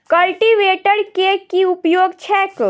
Cultivator केँ की उपयोग छैक?